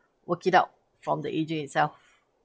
work it out from the agent itself